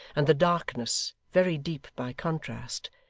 and the darkness, very deep by contrast,